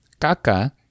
kaka